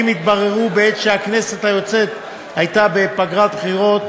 הדברים התבררו בעת שהכנסת היוצאת הייתה בפגרת בחירות,